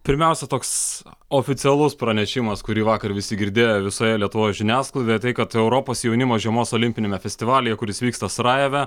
pirmiausia toks oficialus pranešimas kurį vakar visi girdėjo visoje lietuvos žiniasklaidoje tai kad europos jaunimo žiemos olimpiniame festivalyje kuris vyksta sarajeve